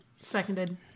Seconded